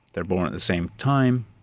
they are born at the same time,